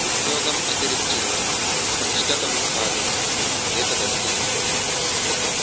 उद्योगम् अतिरिच्य मम इष्टतमं कार्यम् एतदस्ति यत्